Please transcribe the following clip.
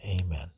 amen